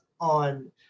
on